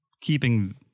keeping